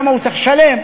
שם הוא צריך לשלם,